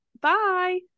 Bye